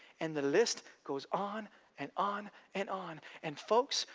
and the list goes on and on and on. and folks,